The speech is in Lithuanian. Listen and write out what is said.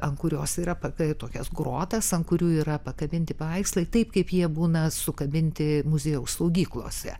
ant kurios yra pakeli tokias grotas ant kurių yra pakabinti paveikslai taip kaip jie būna sukabinti muziejaus saugyklose